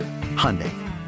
Hyundai